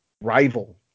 rival